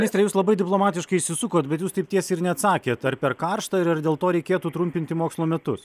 ministre jūs labai diplomatiškai išsisukot bet jūs taip tiesiai ir neatsakėt ar per karšta ir ar dėl to reikėtų trumpinti mokslo metus